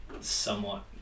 somewhat